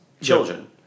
children